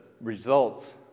results